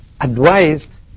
advised